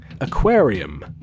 Aquarium